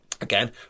Again